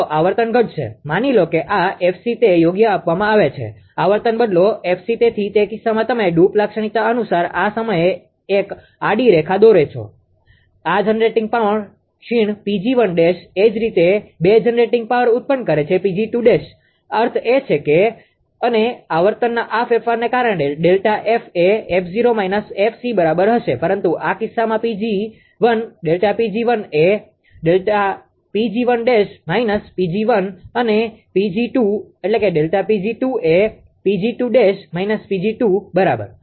તો આવર્તન ઘટશે માની લો કે આ 𝑓𝑐 તે યોગ્ય આપવામાં આવે છે આવર્તન બદલો 𝑓𝑐 તેથી તે કિસ્સામાં તમે ડ્રુપ લાક્ષણિકતા અનુસાર આ સમયે એક આડી રેખા દોરો છો આ જનરેટિંગ પાવર ક્ષીણ એ જ રીતે બે જનરેટિંગ પાવર ઉત્પન્ન કરે છે અર્થ એ થાય કે અને આવર્તનના આ ફેરફાર ને કારણે Δ𝐹 એ 𝑓0 − 𝑓𝑐 બરાબર હશે પરંતુ આ કિસ્સા માં Δ𝑃𝑔1 એ અને Δ𝑃𝑔2 એ બરાબર